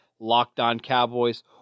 LockedOnCowboys